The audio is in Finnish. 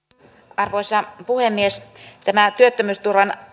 arvoisa puhemies tämä työttömyysturvan